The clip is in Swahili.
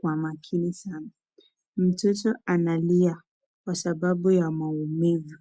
kwa makini sana. Mtoto analia kwa sababu ya maumivu.